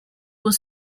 was